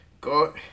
go